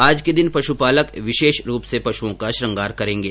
आज के दिन पशुपालक विशेष रूप से पशुओं का श्रृंगार करेंगे